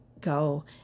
go